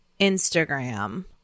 Instagram